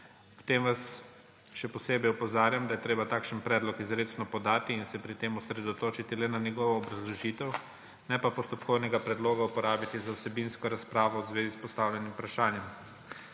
tem vas še posebej opozarjam, da je treba takšen predlog izrecno podati in se pri tem osredotočiti le na njegovo obrazložitev, ne pa postopkovnega predloga uporabiti za vsebinsko razpravo v zvezi s postavljenim vprašanjem.